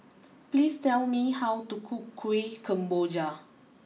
please tell me how to cook Kueh Kemboja